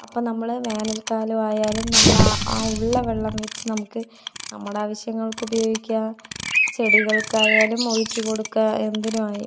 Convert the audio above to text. അപ്പം നമ്മൾ വേനൽക്കാലമായാലും നമ്മുടെ ആ ഉള്ള വെള്ളം വച്ച് നമുക്ക് നമ്മുടെ ആവശ്യങ്ങൾക്ക് ഉപയോഗിക്കുക ചെടികൾക്കായാലും ഒഴിച്ച് കൊടുക്കുക എന്തിനായി